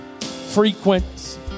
frequent